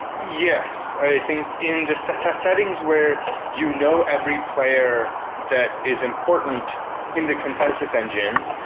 yes. i think in the settings settings where you know every player that is important in the consensus engine,